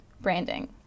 branding